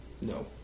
No